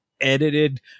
edited